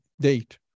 date